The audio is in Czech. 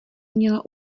měla